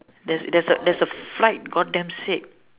there's there's there's a flight god damn sake